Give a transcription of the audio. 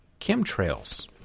chemtrails